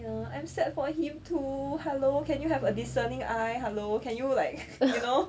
you know I'm sad for him too hello can you have a discerning eye hello can you like